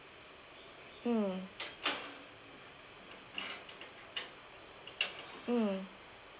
mm mm